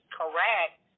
correct